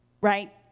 right